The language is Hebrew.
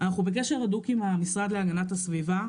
אנחנו בקשר יומיומי הדוק עם המשרד להגנת הסביבה,